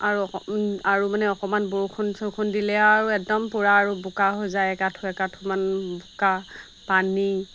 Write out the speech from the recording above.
আৰু আৰু মানে অকমান বৰষুণ চৰষুণ দিলে আৰু একদম পোৰা আৰু বোকা হৈ যায় একাঠু একাঠু বোকা পানী